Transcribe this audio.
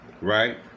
Right